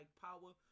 power